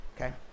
okay